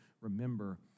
remember